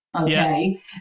Okay